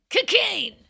Cocaine